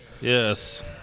Yes